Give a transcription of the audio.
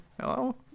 Hello